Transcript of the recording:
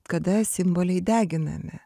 kada simboliai deginami